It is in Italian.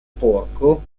porco